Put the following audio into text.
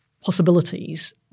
possibilities